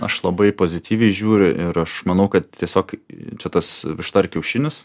aš labai pozityviai žiūriu ir aš manau kad tiesiog čia tas višta ar kiaušinis